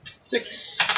Six